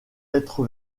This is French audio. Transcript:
être